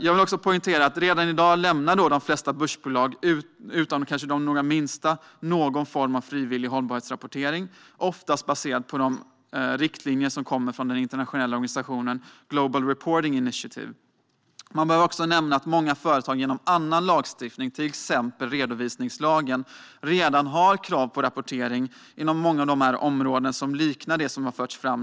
Jag vill också poängtera att de flesta börsföretag, utom de minsta, redan i dag lämnar någon form av frivillig hållbarhetsrapportering, oftast baserad på de riktlinjer som utarbetats av den internationella organisationen Global Reporting Initiative. Man bör också nämna att många företag genom annan lagstiftning, till exempel redovisningslagen, redan har krav på rapportering inom många av de områden som liknar de krav som nu förts fram.